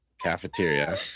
Cafeteria